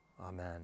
Amen